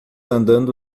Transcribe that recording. andando